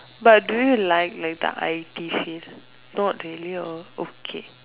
but do you like like the I_T shift not really or okay